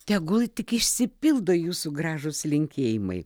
tegul tik išsipildo jūsų gražūs linkėjimai